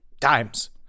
times